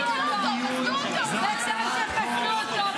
וטוב שפסלו אותו.